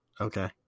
Okay